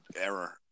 error